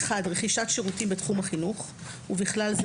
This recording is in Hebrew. רכישת שירותים בתחום החינוך ובכלל זה